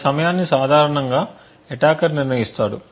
ఈ సమయాన్ని సాధారణంగా అటాకర్ నిర్ణయిస్తాడు